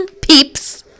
peeps